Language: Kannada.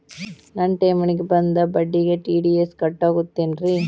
ನನ್ನ ಠೇವಣಿಗೆ ಬಂದ ಬಡ್ಡಿಗೆ ಟಿ.ಡಿ.ಎಸ್ ಕಟ್ಟಾಗುತ್ತೇನ್ರೇ?